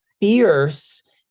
fierce